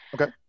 Okay